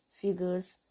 figures